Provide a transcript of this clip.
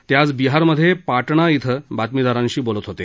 ते आज बिहारमध्ये पाटणा इथं बातमीदारांशी बोलत होते